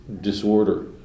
disorder